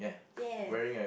yes